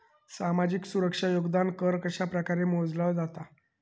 सामाजिक सुरक्षा योगदान कर कशाप्रकारे मोजलो जाता